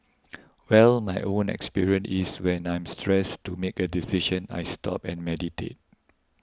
well my own experience is when I'm stressed to make a decision I stop and meditate